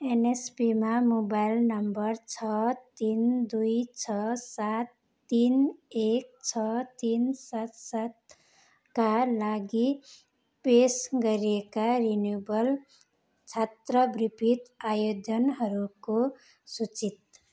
एनएसपीमा mobile number छ तिन दुई छ सात तिन एक छ तिन सात सातका लागि पेस गरिएका रिनिवल छात्रवृत्ति आयोजनहरूको सूचि